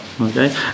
okay